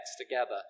together